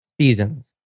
seasons